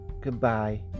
Goodbye